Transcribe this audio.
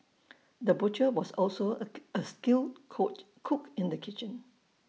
the butcher was also A A skilled caught cook in the kitchen